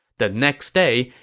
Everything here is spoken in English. the next day,